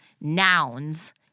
nouns